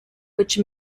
which